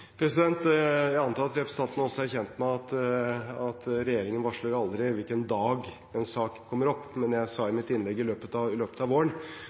Jeg antar at representanten også er kjent med at regjeringen aldri varsler hvilken dag en sak kommer opp, men jeg sa i mitt innlegg «i løpet av våren».